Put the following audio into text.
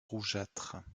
rougeâtre